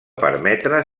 permetre